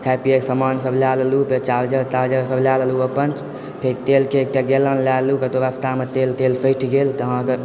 खाय पियके समानसभ लय लेलुँ फेर चार्जर तार्जरसभ लय लेलुँ अपन फेर तेलके एकटा गैलन लय लेलुँ रस्तामे तेल टेल सठि गेल तऽ अहाँकेँ